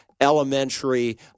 elementary